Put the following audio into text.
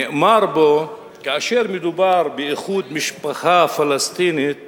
נאמר בו שכאשר מדובר באיחוד משפחה פלסטינית